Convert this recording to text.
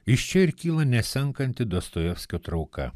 iš čia ir kyla nesenkanti dostojevskio trauka